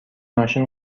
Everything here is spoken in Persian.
ماشین